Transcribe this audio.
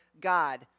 God